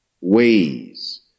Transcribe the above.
ways